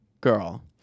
girl